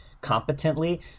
competently